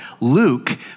Luke